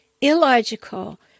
illogical